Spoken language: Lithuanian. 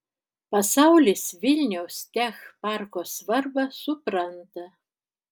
pasaulis vilniaus tech parko svarbą supranta